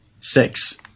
six